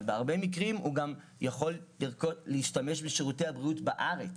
אבל בהרבה מקרים הוא גם יכול להשתמש בשירותי הבריאות בארץ,